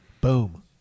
Boom